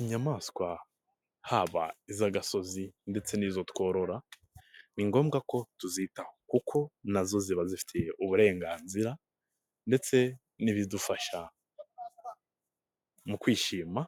Inyamaswa haba iz'agasozi ndetse n'izo tworora, ni ngombwa ko tuzitaho kuko nazo ziba zifitiye uburenganzira ndetse n'ibidufasha mu kwishima,